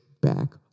back